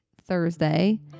thursday